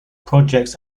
projects